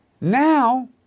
Now